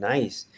Nice